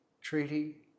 Treaty